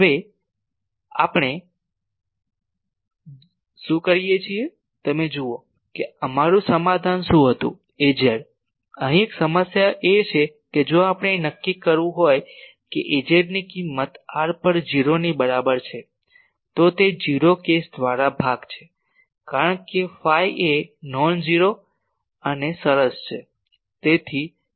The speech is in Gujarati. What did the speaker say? હવે આપણે શું કરીએ છીએ તમે જુઓ કે અમારું સમાધાન શું હતું Az અહીં એક સમસ્યા છે કે જો આપણે એ નક્કી કરવું હોય કે Az ની કિંમત r પર 0 ની બરાબર છે તો તે 0 કેસ દ્વારા ભાગ છે કારણ કે ફાઈ એ નોનઝેરો અને સરસ છે